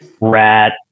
rat